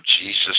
Jesus